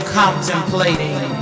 contemplating